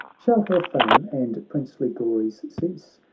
shall her fame and princely glories cease?